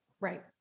Right